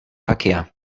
verkehr